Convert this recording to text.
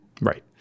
Right